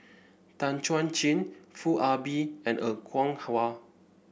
Tan Chuan Jin Foo Ah Bee and Er Kwong Wah